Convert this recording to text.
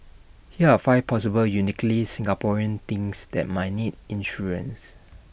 here are five possible uniquely Singaporean things that might need insurance